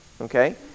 Okay